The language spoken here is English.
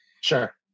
Sure